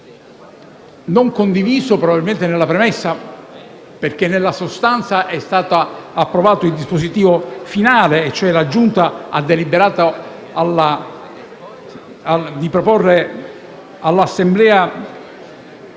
non è condiviso probabilmente nella premessa, perché nella sostanza è stato approvato il dispositivo finale. La Giunta ha cioè deliberato di proporre all'Assemblea